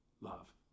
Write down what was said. love